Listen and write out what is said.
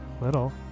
Little